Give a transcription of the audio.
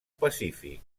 pacífic